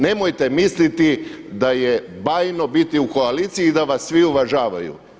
Nemojte misliti da je bajno biti u koaliciji i da vas svi uvažavaju.